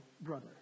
brother